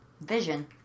Vision